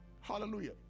Hallelujah